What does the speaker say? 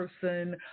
person